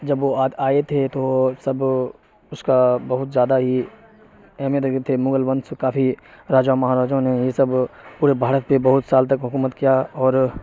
جب وہ آئے تھے تو سب اس کا بہت زیادہ ہی اہمیت تھے مغل ونش کافی راجا مہاراجاؤں نے یہ سب پورے بھارت پہ بہت سال تک حکومت کیا اور